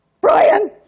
Brian